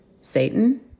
Satan